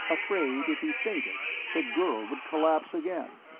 afraid if he fainted, the girl would collapse again.